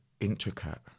intricate